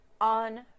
on